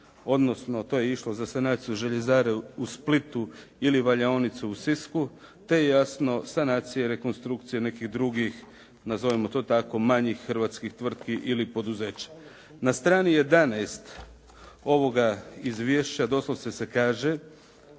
odnosno to je išlo za sanaciju željezara u Splitu ili valjaonicu u Sisku, te jasno sanacije i rekonstrukcije nekih drugih nazovimo to tako manjih hrvatskih tvrtki ili poduzeća. Na strani 11 ovoga izvješća doslovce se kaže